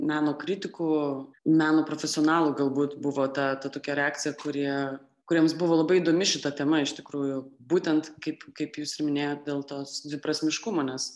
meno kritikų meno profesionalų galbūt buvo ta ta tokia reakcija kuri kuriems buvo labai įdomi šita tema iš tikrųjų būtent kaip kaip jūs ir minėjot dėl tos dviprasmiškumo nes